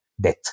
death